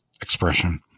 expression